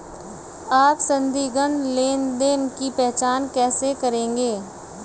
आप संदिग्ध लेनदेन की पहचान कैसे करेंगे?